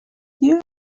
you